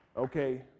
Okay